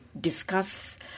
discuss